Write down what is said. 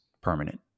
permanent